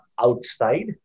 outside